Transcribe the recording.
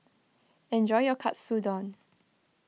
enjoy your Katsudon